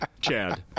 Chad